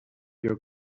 your